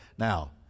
Now